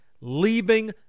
leaving